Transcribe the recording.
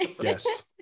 Yes